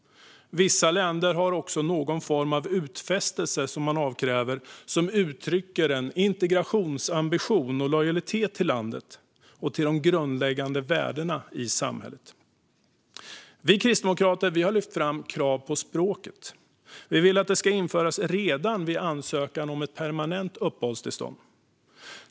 Vissa länder avkräver också någon form av utfästelse som uttrycker en integrationsambition och lojalitet mot landet och de grundläggande värdena i samhället. Vi kristdemokrater har lyft fram krav på språkkunskap. Vi vill att det ska införas redan vid ansökan om ett permanent uppehållstillstånd.